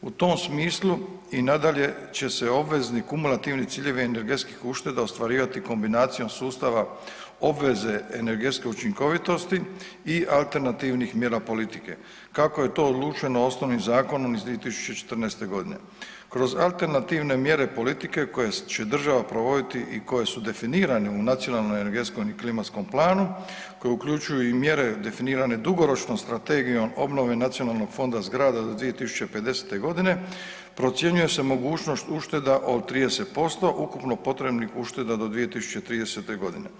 U tom smislu i nadalje će se obvezni kumulativni ciljevi energetskih ušteda ostvarivati kombinacijom sustava obveze energetske učinkovitosti i alternativnih mjera politike kako je to odlučeno osnovnim Zakonom iz 2014. godine kroz alternativne mjere politike koje će država provoditi i koje su definirane u Nacionalnom energetskom i klimatskom planu koje uključuju i mjere definirane dugoročnom Strategijom obnove Nacionalnog fonda zgrada do 2050. godine procjenjuje se mogućnost ušteda od 30% ukupno potrebnih ušteda do 2030. godine.